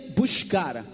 buscar